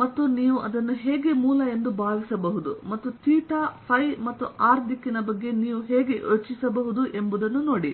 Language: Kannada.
ಮತ್ತು ನೀವು ಅದನ್ನು ಹೇಗೆ ಮೂಲ ಎಂದು ಭಾವಿಸಬಹುದು ಮತ್ತು ಥೀಟಾ ಫೈ ಮತ್ತು ಆರ್ ದಿಕ್ಕಿನ ಬಗ್ಗೆ ನೀವು ಹೇಗೆ ಯೋಚಿಸಬಹುದು ಎಂಬುದನ್ನು ನೋಡಿ